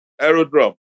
aerodrome